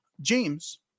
james